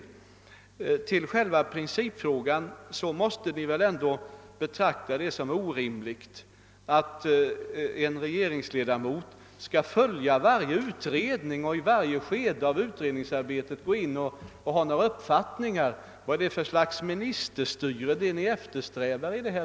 Beträffande själva principfrågan måste det väl ändå vara orimligt att en regeringsledamot skall följa varje utredning och i varje skede av utredningsarbetet tillkännage en uppfattning. Vad är det för slags ministerstyre som ni eftersträvar?